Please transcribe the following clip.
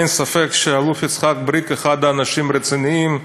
אין ספק שהאלוף יצחק בריק הוא אחד האנשים הרציניים.